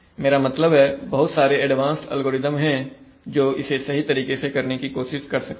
मेरा मतलब है बहुत सारे एडवांस्ड एल्गोरिदम है जो इसे सही तरीके से करने की कोशिश कर सकते हैं